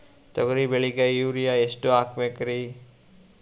ತೊಗರಿ ಬೆಳಿಗ ಯೂರಿಯಎಷ್ಟು ಹಾಕಬೇಕರಿ?